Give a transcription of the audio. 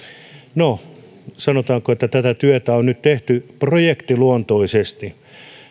no sanotaanko että tätä työtä on nyt tehty projektiluontoisesti